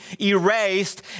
erased